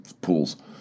pools